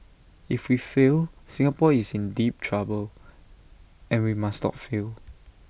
if we fail Singapore is in deep trouble and we must not fail